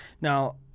Now